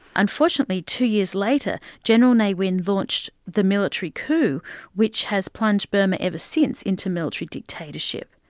unfortunately, two years later, general ne win launched the military coup which has plunged burma ever since into military dictatorship.